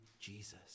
Jesus